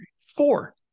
four